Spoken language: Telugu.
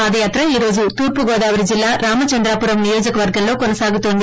పాదయాత్ర ఈరోజు తూర్పుగోదావరి జిల్లా రామచంద్రాపురం నియోజకవర్గంలో కొనసాగుతోంది